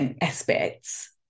aspects